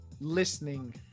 listening